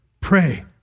Pray